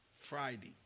Friday